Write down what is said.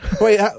Wait